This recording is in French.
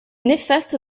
néfaste